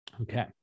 Okay